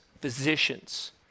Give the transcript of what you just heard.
physicians